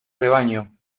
rebaño